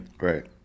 Right